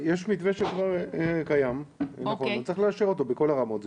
יש מתווה שהוא כבר קיים וצריך לאשר אותו בכל הרמות,